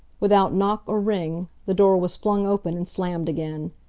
without knock or ring, the door was flung open and slammed again.